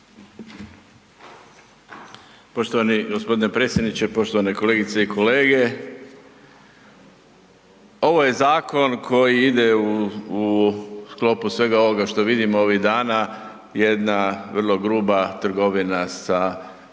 Poštovani g. predsjedniče, poštovane kolegice i kolege. Ovo je zakon koji ide u, u sklopu svega ovoga što vodimo ovih dana, jedna vrlo gruba trgovina sa glasačima